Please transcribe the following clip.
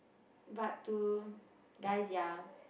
but to guys ya